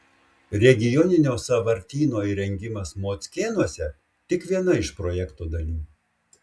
regioninio sąvartyno įrengimas mockėnuose tik viena iš projekto dalių